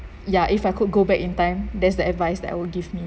ya if I could go back in time that's the advice that I will give me